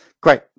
Great